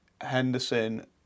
Henderson